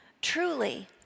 Truly